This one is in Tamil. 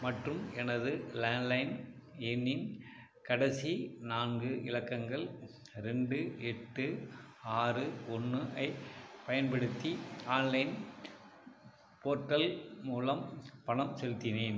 மற்றும் எனது லேண்ட்லைன் எண்ணின் கடைசி நான்கு இலக்கங்கள் ரெண்டு எட்டு ஆறு ஒன்று ஐப் பயன்படுத்தி ஆன்லைன் போர்டல் மூலம் பணம் செலுத்தினேன்